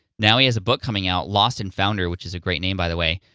now he has a book coming out, lost and founder, which is a great name, by the way.